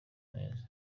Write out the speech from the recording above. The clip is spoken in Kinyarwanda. neza